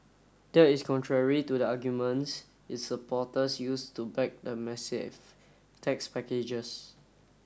that is contrary to the arguments its supporters used to back the massive tax packages